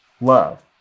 love